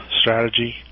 strategy